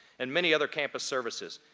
and many other campus services.